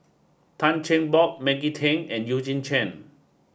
Tan Cheng Bock Maggie Teng and Eugene Chen